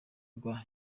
rwa